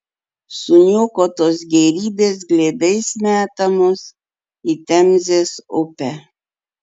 suniokotos gėrybės glėbiais metamos į temzės upę